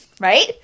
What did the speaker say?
Right